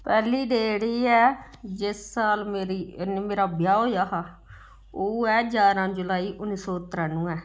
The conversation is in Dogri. पैह्ली डेट जेही ऐ जिस साल मेरी मेरा ब्याह् होएआ हा ओह् ऐ जारां जुलाई उन्नी सौ त्रानुऐ